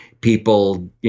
people